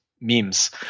memes